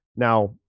Now